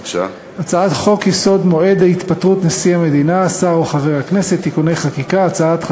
לפי חוק הכללת אמצעי זיהוי ביומטריים ונתוני זיהוי